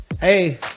Hey